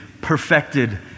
perfected